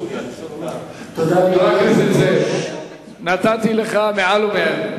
זאב, נתתי לך מעל ומעבר.